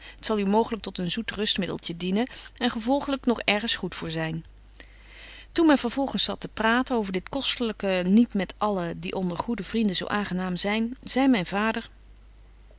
zal u mooglyk tot een zoet rustmiddeltje dienen en gevolglyk nog ergens goed voor zyn toen men vervolgens zat te praten over dit kostelyke niet met allen die onder goede vrienden zo aangenaam zyn zei myn vader